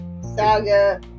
saga